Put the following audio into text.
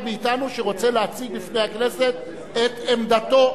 מאתנו שרוצה להציג בפני הכנסת את עמדתו,